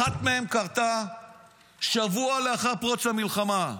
אחת מהן קרתה שבוע לאחר פרוץ המלחמה.